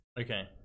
okay